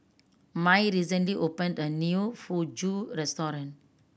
Mai recently opened a new Fugu Restaurant